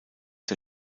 der